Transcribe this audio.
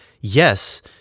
yes